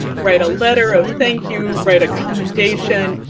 write a letter of thank you, write a commendation,